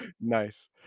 nice